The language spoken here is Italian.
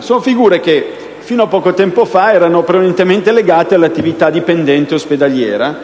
Sono figure che fino a poco tempo fa erano prevalentemente legate all'attività dipendente ospedaliera;